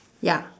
ya